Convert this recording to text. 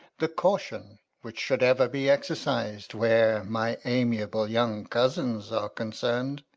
the caution which should ever be exercised where my amiable young cousins are concerned.